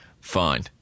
Fine